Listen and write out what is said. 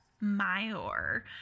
Mayor